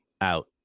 out